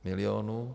Milionů.